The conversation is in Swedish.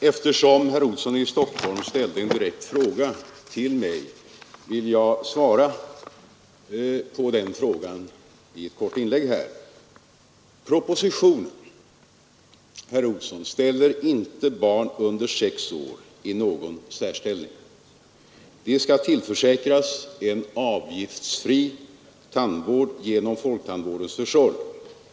Herr talman! Eftersom herr Olsson i Stockholm ställde en direkt fråga till mig vill jag svara på den i ett kort inlägg. Propositionen, herr Olsson, ställer inte barn under 6 år i någon särställning. De skall tillförsäkras en avgiftsfri tandvård genom folktandvårdens försorg.